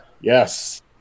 Yes